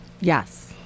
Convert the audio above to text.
Yes